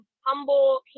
humble